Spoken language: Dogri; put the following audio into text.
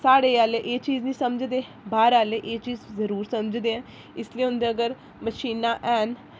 साढ़े आह्ले एह् चीज निं समझदे बाह्र आह्ले एह् चीज जरूर समझदे इस लेई उं'दे अगर मशीनां हैन